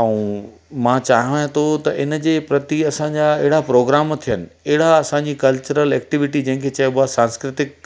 ऐं मां चाहा थो त इनजे प्रति असांजा अहिड़ा प्रोग्राम थियनि अहिड़ा असांजे कल्चरल एक्टिविटी जंहिंखे चइबो आहे सांस्कृतिक